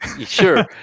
Sure